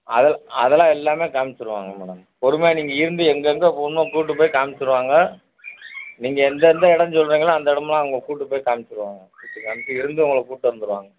அதெலா அதெலாம் எல்லாமே காமிச்சிடுவாங்க மேடம் பொறுமையாக நீங்கள் இருந்து எங்கெங்கே போகணுமோ கூட்டி போய் காமிச்சுடுவாங்க நீங்கள் எந்தெந்த இடம் சொல்லுறீங்களோ அந்த இடம்லாம் அவங்க கூட்டி போய் காமிச்சுடுவாங்க சுற்றி காமிச்சு இருந்து உங்களை கூப்பிட்டு வந்திடுவாங்க